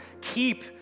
keep